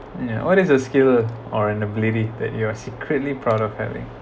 yeah what is a skill or inability that you are secretly proud of having